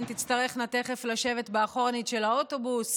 הן תצטרכנה תכף לשבת באחורנית של האוטובוס